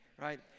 right